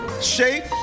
shape